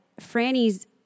Franny's